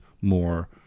more